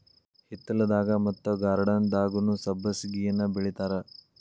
ಹಿತ್ತಲದಾಗ ಮತ್ತ ಗಾರ್ಡನ್ದಾಗುನೂ ಸಬ್ಬಸಿಗೆನಾ ಬೆಳಿತಾರ